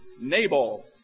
Nabal